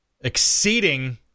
exceeding